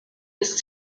ist